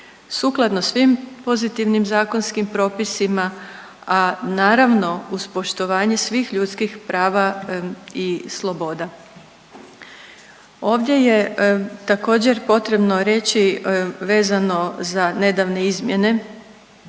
sukladno svim pozitivnim zakonskim propisima, a naravno uz poštovanje svih ljudskih prava i sloboda. Ovdje je također potrebno reći vezano za nedavne izmjene